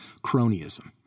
cronyism